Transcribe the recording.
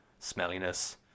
smelliness